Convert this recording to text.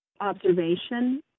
observation